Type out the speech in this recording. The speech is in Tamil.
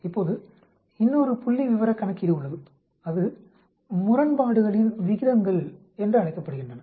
இப்போது இன்னொரு புள்ளிவிவர கணக்கீடு உள்ளது அது முரண்பாடுகளின் விகிதங்கள் என்றழைக்கப்படுகின்றன